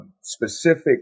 specific